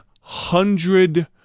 hundred